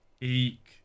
Eek